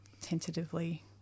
tentatively